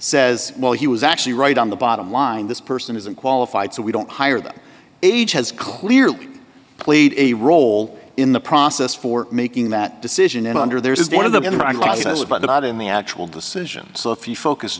says well he was actually right on the bottom line this person is unqualified so we don't hire that age has clearly played a role in the process for making that decision and under there is one of the generosity but not in the actual decision so if you focus